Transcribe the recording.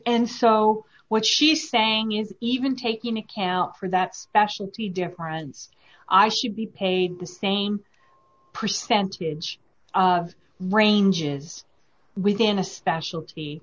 nd so what she's saying is even taking account for that specialty difference i should be paid the same percentage of ranges within a specialty